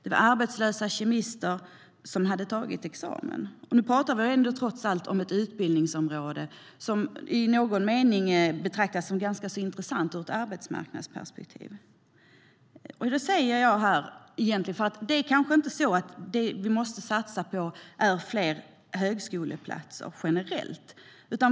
Det var arbetslösa kemister som hade tagit examen, och nu pratar vi trots allt om ett utbildningsområde som i någon mening betraktas som ganska intressant ur ett arbetsmarknadsperspektiv. Jag säger detta för att det kanske inte är så att det vi måste satsa på är fler högskoleplatser generellt.